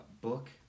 book